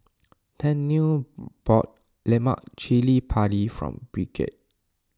Tennille bought Lemak Cili Padi for Bridgette